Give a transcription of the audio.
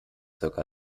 circa